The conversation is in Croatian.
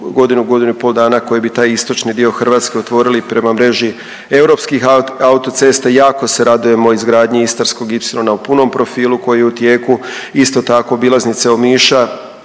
godinu, godinu i pol dana koji bi taj istočni dio Hrvatske otvorili prema mreži europskih autocesta. Jasko se radujemo izgradnji istarskog ipsilona u punom profilu koji je u tijeku, isto tako obilaznice Omiša